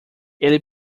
ele